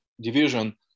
Division